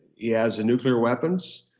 yeah has nuclear weapons,